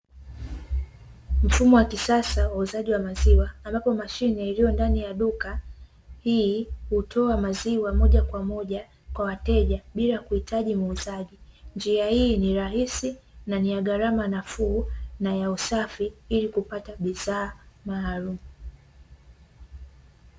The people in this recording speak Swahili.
Mfumo wa kisasa wa uuzaji wa maziwa ambapo mashine iliyo ndani ya duka, hii hutoa maziwa moja kwa moja kwa wateja bila kuhitaji muuzaji. Njia hii ni rahisi, na ni ya gharama nafuu, na ya usafi ili kupata bidhaa maalumu.